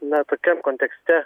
na tokiam kontekste